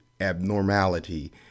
abnormality